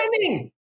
winning